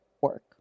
work